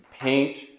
paint